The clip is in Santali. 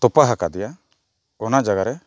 ᱛᱚᱯᱟ ᱟᱠᱟᱫᱮᱭᱟ ᱚᱱᱟ ᱡᱟᱭᱜᱟ ᱨᱮ